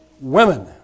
women